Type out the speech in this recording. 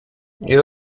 nie